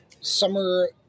summer